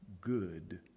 good